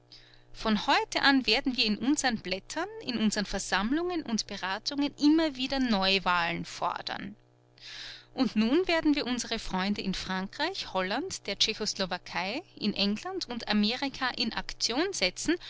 von heute an werden wir in unseren blättern in unseren versammlungen und beratungen immer wieder neuwahlen fordern und nun werden wir unsere freunde in frankreich holland der tschechoslowakei in england und amerika in aktion setzen